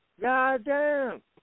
Goddamn